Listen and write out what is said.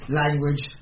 language